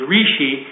Rishi